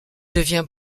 devient